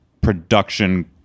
production